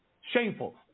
Shameful